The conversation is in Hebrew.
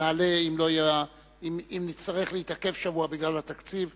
אם נצטרך להתעכב שבוע בגלל התקציב,